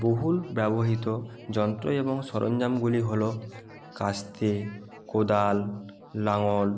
বহুল ব্যবহৃত যন্ত্র এবং সরঞ্জামগুলি হলো কাস্তে কোদাল লাঙল